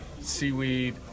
seaweed